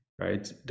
right